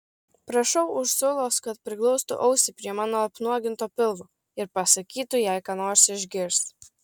prašau ursulos kad priglaustų ausį prie mano apnuoginto pilvo ir pasakytų jei ką nors išgirs